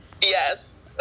Yes